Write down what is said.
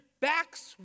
backs